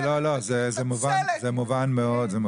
לא, לא, זה מובן מאוד.